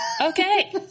Okay